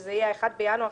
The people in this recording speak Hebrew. וזה יהיה 1 בינואר,